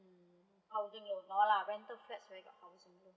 mm housing loan no lah rental flat where got housing loan